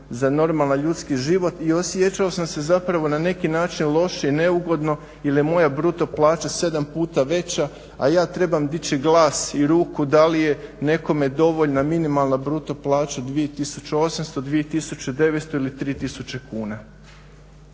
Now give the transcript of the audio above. za normalan ljudski život i osjećao sam se zapravo na neki način loše i neugodno jer je moja bruto plaća sedam puta veća, a ja trebam dići glas i ruku da li je nekome dovoljna minimalna bruto plaća 2800, 2900 ili 3000 kuna.